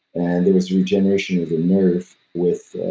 and there was regeneration of the nerve with